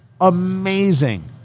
amazing